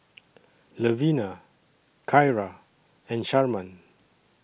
Levina Kyra and Sharman